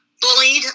bullied